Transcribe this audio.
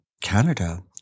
Canada